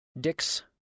Dix